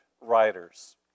writers